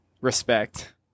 respect